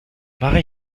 mache